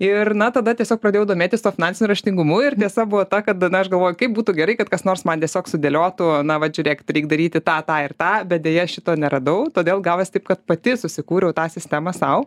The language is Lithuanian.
ir na tada tiesiog pradėjau domėtis tuo finansiniu raštingumu ir tiesa buvo ta kad bemaž galvoju kaip būtų gerai kad kas nors man tiesiog sudėliotų na va žiūrėk reik daryti tą tą ir tą bet deja šito neradau todėl gavosi taip kad pati susikūriau tą sistemą sau